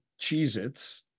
Cheez-Its